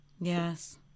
Yes